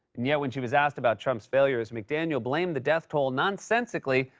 yet, when she was asked about trump's failures, mcdaniel blamed the death toll, nonsensically,